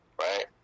Right